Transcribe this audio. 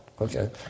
Okay